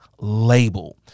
label